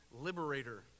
liberator